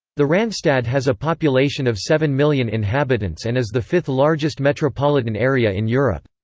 the randstad has a population of seven million inhabitants and is the fifth largest metropolitan area in europe.